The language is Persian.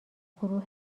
گروه